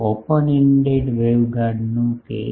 open ended waveguide નો case